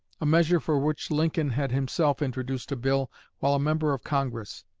a measure for which lincoln had himself introduced a bill while a member of congress.